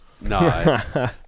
no